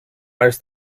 als